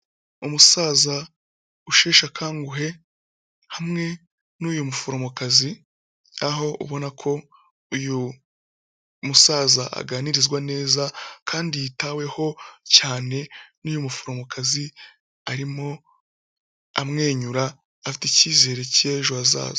Umusaza usheshe akanguhe hamwe n'uyu muforomokazi, aho ubona ko uyu musaza aganirizwa neza kandi yitaweho cyane n'uyu muforomokazi, arimo amwenyura afite icyizere cy'ejo hazaza.